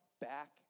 back